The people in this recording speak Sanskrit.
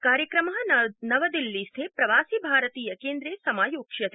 कार्यक्रम नवदिल्लीस्थे प्रवासि भारतीय केन्द्रे समायोक्ष्यते